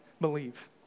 believe